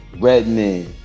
Redman